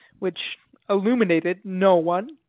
which illuminated no one.